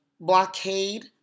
blockade